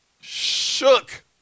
shook